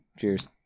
Cheers